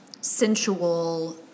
sensual